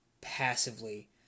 passively